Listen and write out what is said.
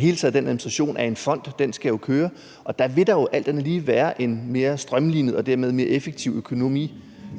hele administrationen af en fond skal jo køre, og der vil jo alt andet lige være en mere strømlinet og dermed mere effektiv økonomi